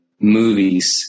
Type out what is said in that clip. movies